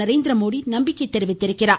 நரேந்திரமோடி நம்பிக்கை தெரிவித்திருக்கிறார்